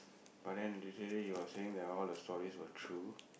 but then they said it your saying that all the stories were true